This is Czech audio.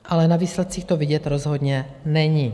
Ale na výsledcích to vidět rozhodně není.